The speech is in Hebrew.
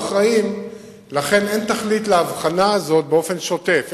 אין תכלית להבחנה הזאת באופן שוטף.